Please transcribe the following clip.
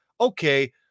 okay